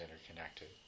interconnected